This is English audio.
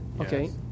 Okay